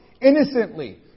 innocently